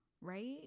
right